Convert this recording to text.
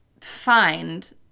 find